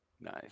Nice